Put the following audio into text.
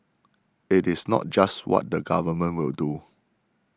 it is not just what the Government will do